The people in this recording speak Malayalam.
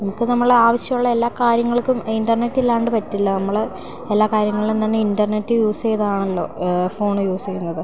നമുക്ക് നമ്മളാവശ്യമുള്ള എല്ലാ കാര്യങ്ങൾക്കും ഇൻറ്റർനെറ്റില്ലാണ്ട് പറ്റില്ല നമ്മൾ എല്ലാ കാര്യങ്ങളിലും തന്നെ ഇൻറ്റർനെറ്റ് യൂസ് ചെയ്താണല്ലോ ഫോൺ യൂസ് ചെയ്യുന്നത്